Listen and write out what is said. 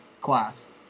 class